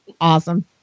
Awesome